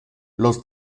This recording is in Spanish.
los